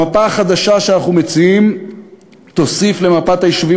המפה החדשה שאנחנו מציעים תוסיף למפת היישובים